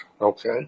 Okay